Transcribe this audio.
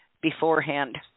beforehand